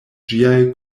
ĝiaj